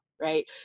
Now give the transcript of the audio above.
right